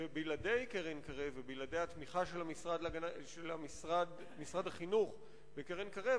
שבלעדי קרן-קרב ובלעדי התמיכה של משרד החינוך וקרן-קרב,